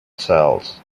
cells